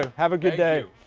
and have a good day.